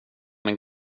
min